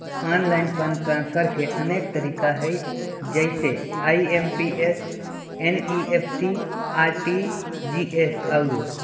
online fund transfer के अनेक तरिका हइ जइसे आइ.एम.पी.एस, एन.ई.एफ.टी, आर.टी.जी.एस आउरो